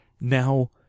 Now